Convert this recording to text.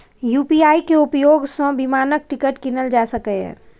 UPI के उपयोग सं विमानक टिकट कीनल जा सकैए